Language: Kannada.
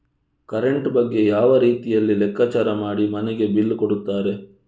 ಕರೆಂಟ್ ಬಗ್ಗೆ ಯಾವ ರೀತಿಯಲ್ಲಿ ಲೆಕ್ಕಚಾರ ಮಾಡಿ ಮನೆಗೆ ಬಿಲ್ ಕೊಡುತ್ತಾರೆ?